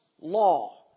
law